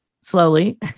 slowly